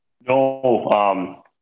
no